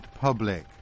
public